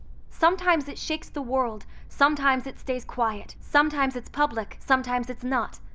sometimes it shakes the world, sometimes it stays quiet. sometimes it's public, sometimes it's not.